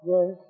Yes